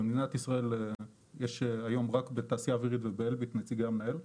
במדינת ישראל יש היום רק בתעשייה אווירית ובאלביט נציגי המנהל.